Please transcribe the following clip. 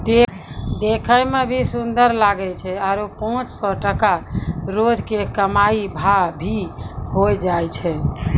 देखै मॅ भी सुन्दर लागै छै आरो पांच सौ टका रोज के कमाई भा भी होय जाय छै